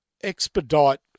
expedite